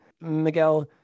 Miguel